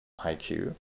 IQ